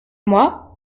moi